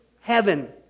heaven